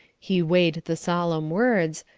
he weighed the solemn words,